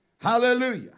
Hallelujah